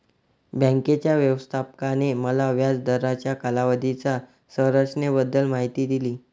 बँकेच्या व्यवस्थापकाने मला व्याज दराच्या कालावधीच्या संरचनेबद्दल माहिती दिली